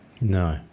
No